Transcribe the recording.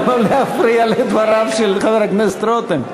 אבל לא להפריע לדבריו של חבר הכנסת רותם.